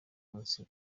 munsi